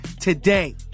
today